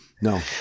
no